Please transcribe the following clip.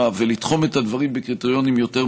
ולתחום את הדברים בקריטריונים יותר מגבילים,